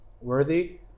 worthy